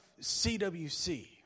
CWC